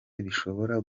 bishobora